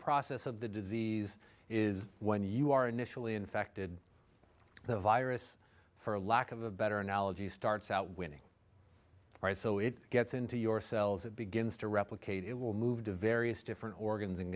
process of the disease is when you are initially infected the virus for lack of a better analogy starts out winning right so it gets into your cells it begins to replicate it will move to various different organs and